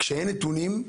אין נתונים?